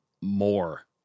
more